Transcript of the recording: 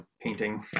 painting